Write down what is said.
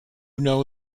know